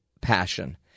passion